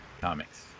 comics